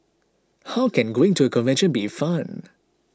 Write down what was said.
how can going to a convention be fun